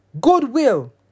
Goodwill